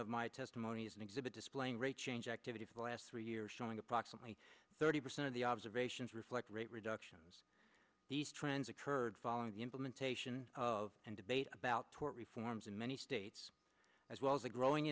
of my testimony as an exhibit displaying rate change activity for the last three years showing approximately thirty percent of the observations reflect rate reductions these trends occurred following the implementation of and debate about tort reforms in many states as well as the growing